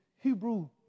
Hebrew